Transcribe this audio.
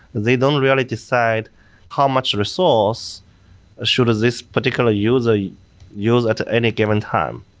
they don't really decide how much resource ah should this particular use ah use at any given time.